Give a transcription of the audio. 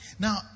Now